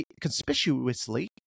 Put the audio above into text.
conspicuously